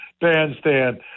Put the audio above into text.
Bandstand